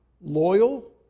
loyal